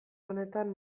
honetan